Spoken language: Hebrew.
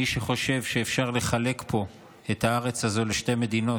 מי שחושב שאפשר לחלק את הארץ הזו לשתי מדינות,